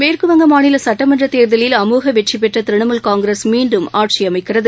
மேற்கு வங்க மாநில சுட்டமன்ற தேர்தலில் அமோக வெற்றி பெற்ற த்ரிணமுல் காங்கிரஸ் மீண்டும் ஆட்சியமைக்கிறது